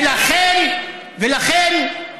ולכן,